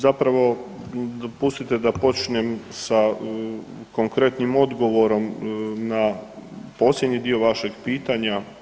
Zapravo pustite da počnem sa konkretnim odgovorom na posljednji dio vašeg pitanja.